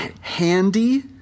handy